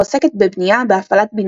העוסקת בבנייה, בהפעלת בניינים,